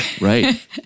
right